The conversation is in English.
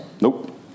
Nope